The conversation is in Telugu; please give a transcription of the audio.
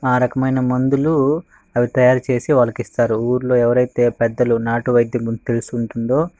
ఆ రకమైన మందులు అవి తయారుచేసి వాళ్ళకి ఇస్తారు ఊర్లో ఎవరైతే పెద్దలు నాటువైద్యం తెలిసి ఉంటుందో